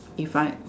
if I